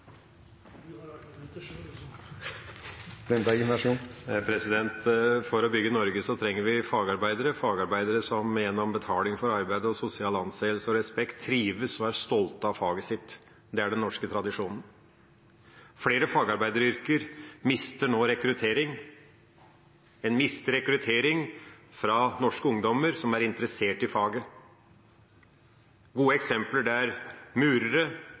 For å bygge Norge trenger vi fagarbeidere som gjennom betaling for arbeid, sosial anseelse og respekt trives og er stolte av faget sitt. Det er den norske tradisjonen. Flere fagarbeideryrker mister nå rekruttering. De mister rekruttering av norske ungdommer som er interesserte i faget. Gode eksempler er murere